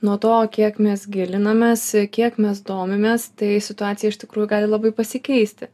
nuo to kiek mes gilinamės kiek mes domimės tai situacija iš tikrųjų gali labai pasikeisti